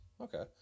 okay